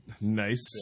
Nice